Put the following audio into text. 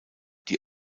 die